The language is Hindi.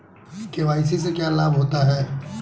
के.वाई.सी से क्या लाभ होता है?